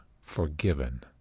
forgiven